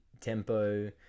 tempo